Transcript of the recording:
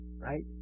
right